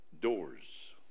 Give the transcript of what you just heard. doors